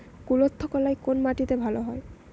কুলত্থ কলাই কোন মাটিতে ভালো হয়?